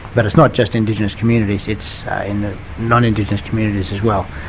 but it's not just indigenous communities, it's in non-indigenous communities as well.